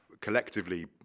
collectively